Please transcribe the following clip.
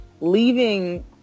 leaving